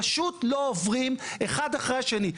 פשוט לא עוברים אחד אחרי השני.